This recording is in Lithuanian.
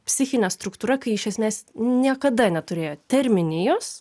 psichine struktūra kai iš esmės niekada neturėjo terminijos